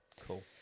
Cool